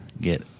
get